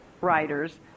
writers